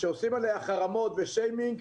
שעושים עליה חרמות ושיימינג,